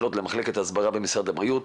לפנות למחלקת הסברה של משרד הבריאות,